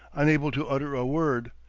unable to utter a word,